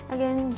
Again